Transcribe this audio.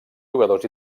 jugadors